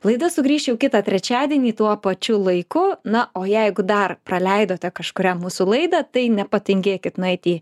laida sugrįš jau kitą trečiadienį tuo pačiu laiku na o jeigu dar praleidote kažkurią mūsų laidą tai nepatingėkit nueiti į